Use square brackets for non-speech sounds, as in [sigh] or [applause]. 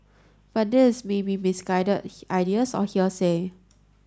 but these may be misguided [noise] ideas or hearsay